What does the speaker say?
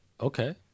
okay